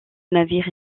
navires